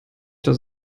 das